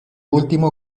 último